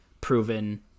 proven